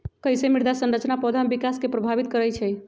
कईसे मृदा संरचना पौधा में विकास के प्रभावित करई छई?